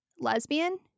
lesbian